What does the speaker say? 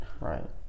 right